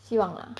希望 lah